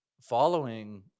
following